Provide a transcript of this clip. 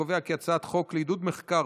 חוק לעידוד מחקר,